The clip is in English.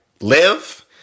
live